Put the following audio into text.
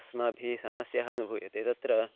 अस्माभिः समस्या अनुभूयते तत्र